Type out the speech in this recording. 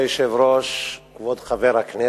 כבוד היושב-ראש, כבוד חבר הכנסת,